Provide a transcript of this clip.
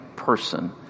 Person